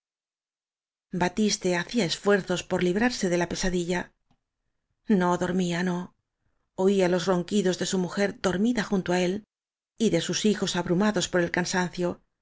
batiste hacía esfuerzos por librarse de la pesadilla no dormía los no oía ronquidos de su mujer dormida junto á él y de sus hijos abrumados por el cansancio